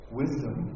wisdom